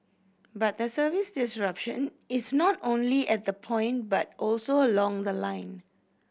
but the service disruption is not only at the point but also along the line